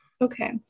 Okay